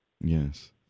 Yes